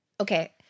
Okay